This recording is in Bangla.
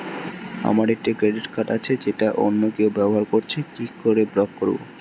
আমার একটি ক্রেডিট কার্ড আছে যেটা অন্য কেউ ব্যবহার করছে কি করে ব্লক করবো?